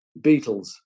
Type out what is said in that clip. Beatles